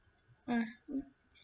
!wah!